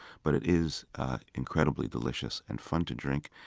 but it is incredibly delicious and fun to drink.